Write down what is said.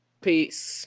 Peace